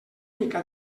mica